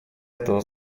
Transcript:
этого